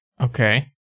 Okay